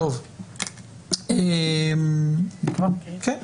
הקראה בבקשה.